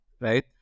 right